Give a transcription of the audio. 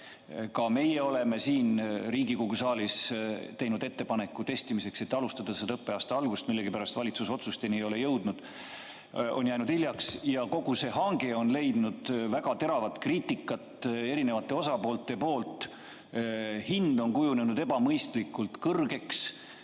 Ka meie oleme siin Riigikogu saalis teinud ettepaneku alustada testimist õppeaasta alguses. Millegipärast valitsus otsusteni ei jõudnud, on jäänud hiljaks ja kogu see hange on leidnud väga teravat kriitikat erinevate osapoolte poolt. Hind on kujunenud ebamõistlikult kõrgeks.